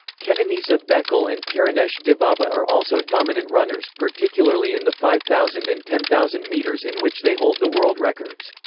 kenenisa bekele and tirunesh dibaba are also dominant runners, particularly in the five thousand and ten thousand meters in which they hold the world records.